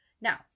Now